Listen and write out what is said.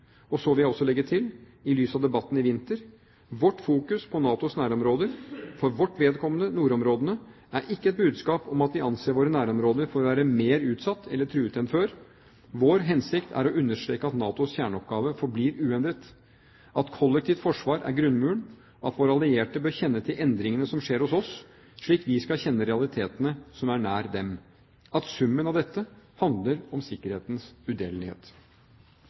sikkerhetspolitikken. Så vil jeg også legge til, i lys av debatten i vinter: Vårt fokus på NATOs nærområder – for vårt vedkommende nordområdene – er ikke et budskap om at vi anser våre nærområder for å være mer utsatt eller truet enn før. Vår hensikt er å understreke at NATOs kjerneoppgave forblir uendret, at kollektivt forsvar er grunnmuren, at våre allierte bør kjenne til endringene som skjer hos oss, slik vi skal kjenne til realitetene som er nær dem, at summen av dette handler om sikkerhetens udelelighet.